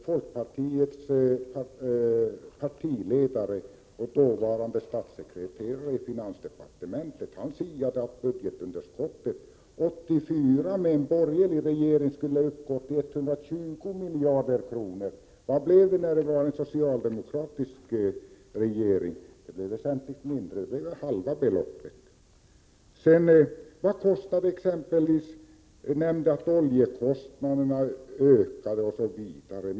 Folkpartiets partiledare, den dåvarande statssekreteraren i finansdepartementet, siade att budgetunderskottet under en borgerlig regering 1984 skulle uppgå till 120 miljarder kronor. Men hur blev det med underskottet under en socialdemokratisk regering? Jo, det blev väsentligt mindre. Det rörde sig om enbart hälften av de 120 miljarderna. Det har bl.a. nämnts att oljekostnaderna ökade under de borgerliga åren.